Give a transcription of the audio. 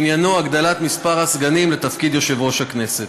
(מספר הסגנים ליושב-ראש הכנסת),